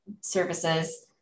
services